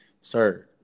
Sir